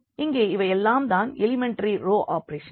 இங்கே இவை எல்லாம் தான் எலிமெண்டரி ரோ ஆபேரேஷன்கள்